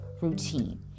routine